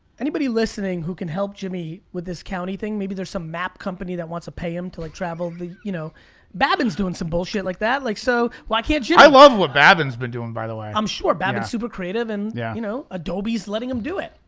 anybody listening who can help jimmy with this county thing, maybe there's some map company that wants to pay him to like travel the, you know babin's doin' some bullshit like that, like so, why can't jimmy? i love what babin's been doing, by the way. i'm sure, babin's super creative and yeah you know adobe's letting him do it!